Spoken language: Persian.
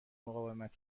مقاومت